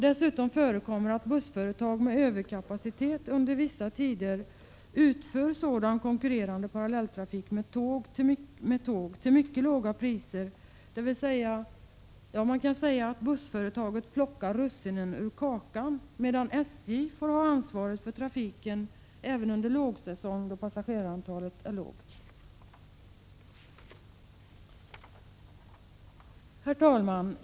Dessutom förekommer att bussföretag med överkapacitet under vissa tider utför sådan med tåg konkurrerande parallelltrafik till mycket låga priser, dvs. bussföretaget plockar ”russinen ur kakan” medan SJ får ha ansvaret för trafiken även under lågsäsong, då passagerarantalet är lågt. Herr talman!